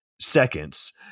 seconds